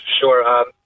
sure